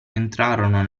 entrarono